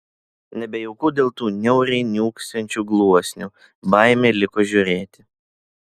nebejauku dėl tų niauriai niūksančių gluosnių baimė liko žiūrėti